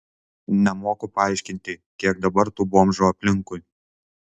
nemoku paaiškinti kiek dabar tų bomžų aplinkui